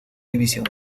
división